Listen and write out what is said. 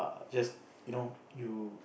just you know you